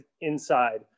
inside